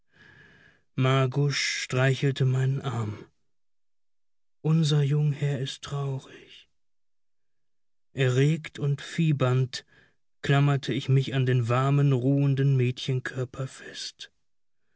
margusch streichelte meinen arm unser jungherr is traurig erregt und fiebernd klammerte ich mich an den warmen ruhenden mädchenkörper fest